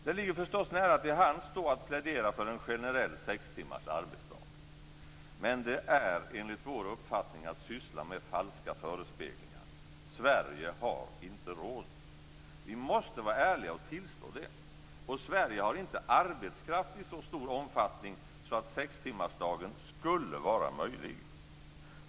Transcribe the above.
Det ligger då förstås nära till hands att plädera för en generell sextimmars arbetsdag. Men det är, enligt vår uppfattning, att syssla med falska förespeglingar. Sverige har inte råd. Vi måste vara ärliga och tillstå det. Och Sverige har inte arbetskraft i så stor omfattning att sextimmarsdagen skulle vara möjlig.